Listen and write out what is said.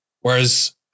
Whereas